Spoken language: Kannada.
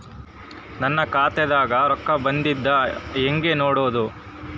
ನನ್ನ ಖಾತಾದಾಗ ರೊಕ್ಕ ಬಂದಿದ್ದ ಹೆಂಗ್ ನೋಡದು?